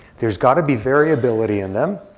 there's got to be variability in them.